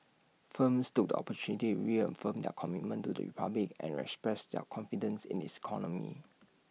firms took opportunity reaffirm their commitment to the republic and express their confidence in its economy